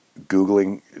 Googling